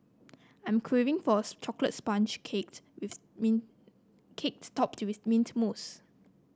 I am craving for a chocolate sponge with mean cake topped with mint mousse